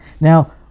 Now